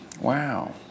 Wow